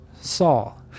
Saul